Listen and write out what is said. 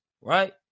right